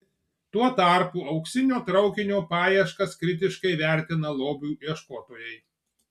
tuo tarpu auksinio traukinio paieškas kritiškai vertina lobių ieškotojai